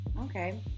Okay